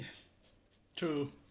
yes true